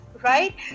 Right